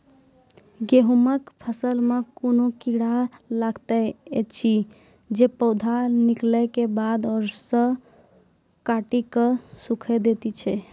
गेहूँमक फसल मे कून कीड़ा लागतै ऐछि जे पौधा निकलै केबाद जैर सऽ काटि कऽ सूखे दैति छै?